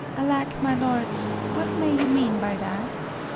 alack, my lord, what may you mean by that?